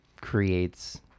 creates